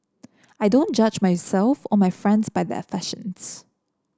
I don't judge myself or my friends by their fashions